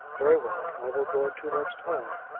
very well. i will go in two months' time.